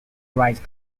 write